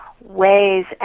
ways